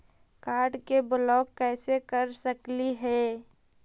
Card के block कैसे कर सकली हे?